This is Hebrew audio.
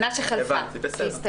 בסוף,